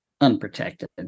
unprotected